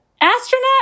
astronaut